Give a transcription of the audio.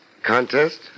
Contest